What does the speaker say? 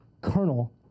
colonel